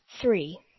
three